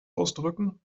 ausdrücken